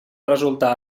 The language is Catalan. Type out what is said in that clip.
resultar